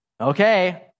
Okay